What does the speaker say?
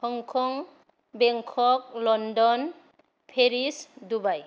Hong Kong Bangkok London Paris Dubai